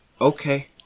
okay